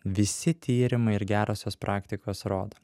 visi tyrimai ir gerosios praktikos rodo